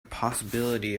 possibility